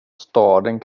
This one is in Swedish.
staden